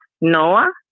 Noah